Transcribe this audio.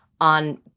on